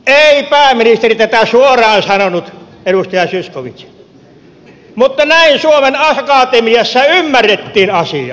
ei pääministeri tätä suoraan sanonut edustaja zyskowicz mutta näin suomen akatemiassa ymmärrettiin asia